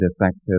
effective